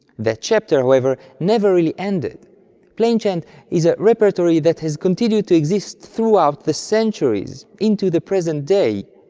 that chapter, however, never really ended plainchant is a repertory that has continued to exist throughout the centuries into the present day.